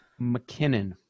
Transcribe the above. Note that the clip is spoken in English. McKinnon